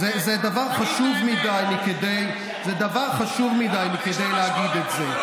אבל למה אתה, זה דבר חשוב מכדי להגיד את זה.